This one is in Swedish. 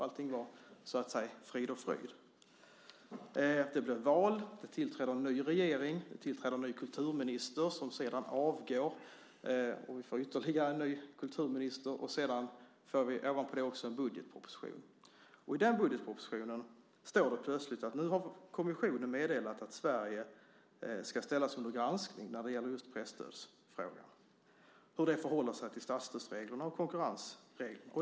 Allting var, så att säga, frid och fröjd. Det blev val, det tillträdde en ny regering, det tillträdde en ny kulturminister som sedan avgick, och vi fick ytterligare en ny kulturminister. Ovanpå det får vi en budgetproposition. I den budgetpropositionen står det plötsligt att nu har kommissionen meddelat att Sverige ska ställas under granskning när det gäller just presstödsfrågan, hur det förhåller sig till statsstödsreglerna och konkurrensreglerna.